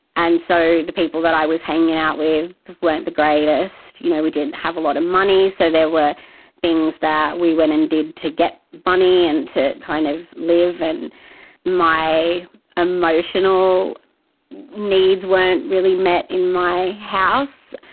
and so the people that i was hanging out with weren't the greatest, you know, we didn't have a lot of money, so there were things that we went and did to get money and to kind of live. and my emotional needs weren't really met in my house.